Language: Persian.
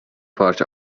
پارچ